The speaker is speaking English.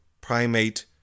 primate